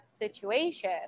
situation